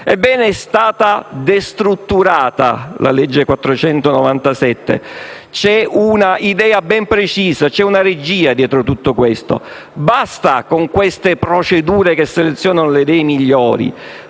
legge è stata destrutturata. C'è un'idea ben precisa, c'è una regia dietro a tutto questo: basta con le procedure che selezionano le idee migliori;